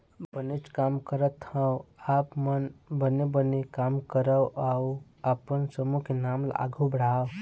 बनेच काम करत हँव आप मन बने बने काम करव अउ अपन समूह के नांव ल आघु बढ़ाव